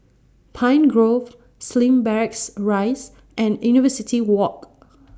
Pine Grove Slim Barracks Rise and University Walk